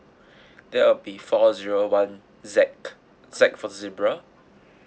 that will be four zero one Z Z for zebra